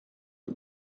die